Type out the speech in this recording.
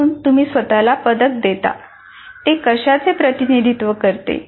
म्हणून तुम्ही स्वतःला पदक देता ते कशाचे प्रतिनिधित्व करते